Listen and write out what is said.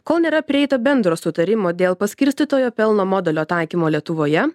kol nėra prieita bendro sutarimo dėl paskirstytojo pelno modelio taikymo lietuvoje